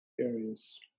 areas